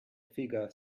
figure